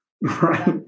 right